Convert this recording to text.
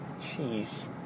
Jeez